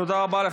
תודה רבה.